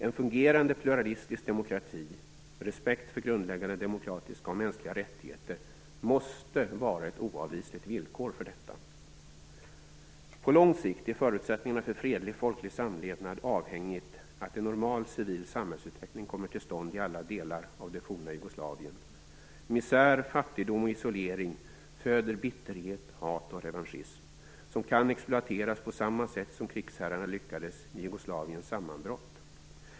En fungerande pluralistisk demokrati och respekt för grundläggande demokratiska och mänskliga rättigheter måste vara ett oavvisligt villkor för detta. På lång sikt är förutsättningarna för fredlig folklig samlevnad avhängiga att en normal civil samhällsutveckling kommer till stånd i alla delar av det f.d. Jugoslavien. Misär, fattigdom och isolering föder bitterhet, hat och revanschism, som kan exploateras på samma sätt som krigsherrarna lyckades göra vid Jugoslaviens sammanbrott.